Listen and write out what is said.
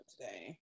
today